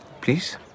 please